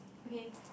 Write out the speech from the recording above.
okay